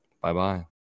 Bye-bye